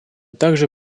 также